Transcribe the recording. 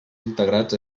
integrats